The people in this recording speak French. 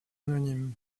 anonyme